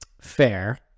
fair